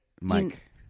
Mike